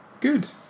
Good